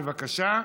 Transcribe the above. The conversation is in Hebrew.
בבקשה.